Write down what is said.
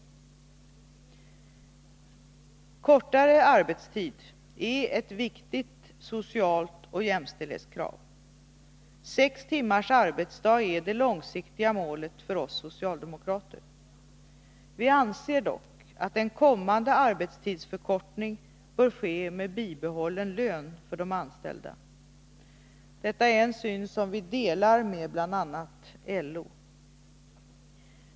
Kortare arbetstid är ett viktigt socialt och jämställdhetskrav. Sex timmars arbetsdag är det långsiktiga målet för oss socialdemokrater. Vi anser dock att en kommande arbetstidsförkortning bör ske med bibehållen lön för de anställda. Detta är en syn som vi delar med bl.a. LO.